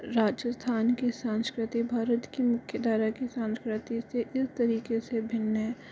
राजस्थान की संस्कृति भारत कि मुख्यधारा कि संस्कृति से इस तरीके से भिन्न है